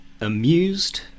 amused